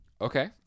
Okay